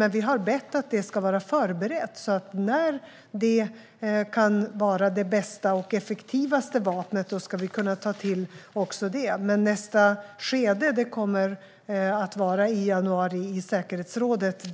Men vi har bett att det ska vara förberett så att vi ska kunna ta till också det, när det är det bästa och mest effektiva vapnet. Men nästa skede kommer definitivt att vara i januari i säkerhetsrådet.